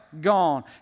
gone